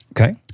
Okay